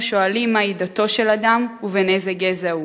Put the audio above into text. איננו שואלים מהי דתו של אדם, ובן איזה גזע הוא.